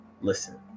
listen